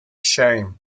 shame